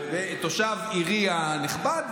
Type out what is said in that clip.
תושב עירי הנכבד,